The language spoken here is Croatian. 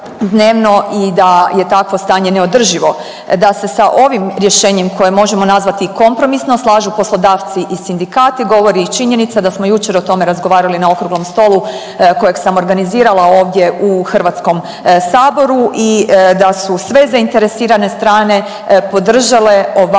i da je takvo stanje neodrživo, da se sa ovim rješenjem koje možemo nazvati i kompromisno slažu poslodavci i sindikati govori i činjenica da smo jučer o tome razgovarali na Okruglom stolu kojeg sam organizirala ovdje u Hrvatskom saboru i da s sve zainteresirane strane podržale ovakvo